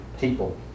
people